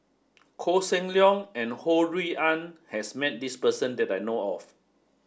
Koh Seng Leong and Ho Rui An has met this person that I know of